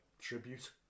tribute